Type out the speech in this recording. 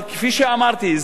אבל כפי שאמרתי,